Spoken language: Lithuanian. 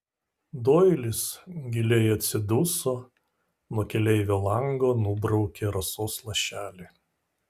doilis giliai atsiduso nuo keleivio lango nubraukė rasos lašelį